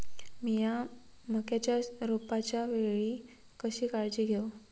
मीया मक्याच्या रोपाच्या वेळी कशी काळजी घेव?